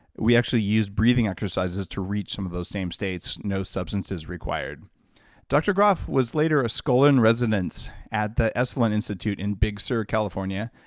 we actually used breathing exercises exercises to reach some of those same states, no substances required dr. grof was later a scholar-in-residence at the esalen institute in big sur california.